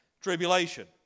tribulation